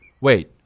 Wait